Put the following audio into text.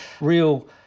real